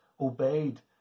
obeyed